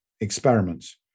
experiments